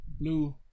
blue